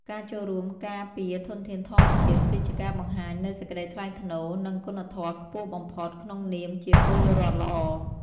ការចូលរួមការពារធនធានធម្មជាតិគឺជាការបង្ហាញនូវសេចក្តីថ្លៃថ្នូរ និង គុណធម៌ខ្ពស់បំផុតក្នុងនាមជាពលរដ្ឋល្អ។